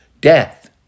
death